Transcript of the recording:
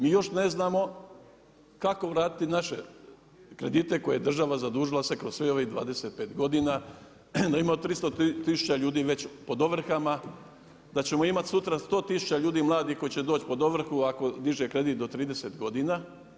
Mi još ne znamo kako vratiti naše kredite koje je država zadužila se kroz svih ovih 25 godina, da imamo 300000 ljudi već pod ovrhama, da ćemo imati sutra 100000 ljudi mladih koji će doći pod ovrhu ako diže kredit do 30 godina.